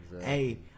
Hey